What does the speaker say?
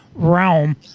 realm